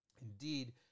Indeed